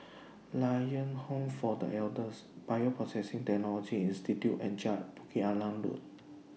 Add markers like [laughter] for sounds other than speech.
Lions Home For The Elders Bioprocessing Technology Institute and [unintelligible] Bukit Arang Road